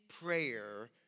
prayer